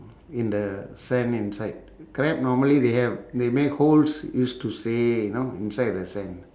in the sand inside crab normally they have they make holes used to stay you know inside the sand